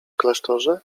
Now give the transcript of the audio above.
klasztorze